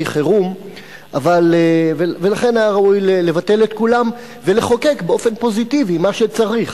חירום ולכן היה ראוי לבטל את כולם ולחוקק באופן פוזיטיבי את מה שצריך.